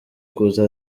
kuza